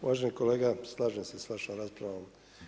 Uvaženi kolega slažem se sa vašom raspravom.